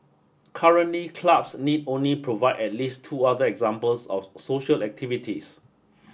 currently clubs need only provide at least two other examples of social activities